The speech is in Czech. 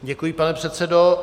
Děkuji, pane předsedo.